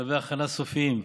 בשלבי הכנה סופיים,